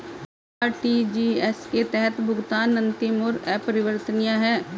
क्या आर.टी.जी.एस के तहत भुगतान अंतिम और अपरिवर्तनीय है?